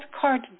card